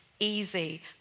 easy